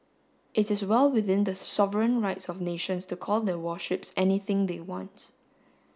it is well within the sovereign rights of nations to call their warships anything they wants